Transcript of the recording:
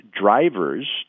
drivers